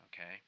okay